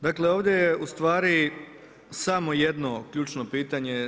Dakle ovdje je u stvari samo jedno ključno pitanje.